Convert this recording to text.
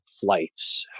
flights